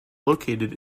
located